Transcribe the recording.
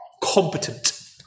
competent